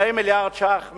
2 מיליארדי שקלים